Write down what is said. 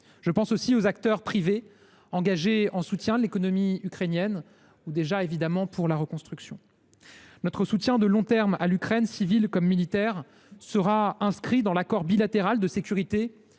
Je pense aussi aux acteurs privés, engagés en soutien de l’économie ukrainienne, dans la perspective de la reconstruction. Notre soutien de long terme à l’Ukraine civile comme militaire sera inscrit dans l’accord bilatéral de sécurité que